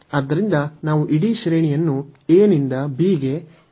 ಆದ್ದರಿಂದ ನಾವು ಇಡೀ ಶ್ರೇಣಿಯನ್ನು a ನಿಂದ b ಗೆ n ಮಧ್ಯಂತರಗಳಾಗಿ ವಿಂಗಡಿಸಿದ್ದೇವೆ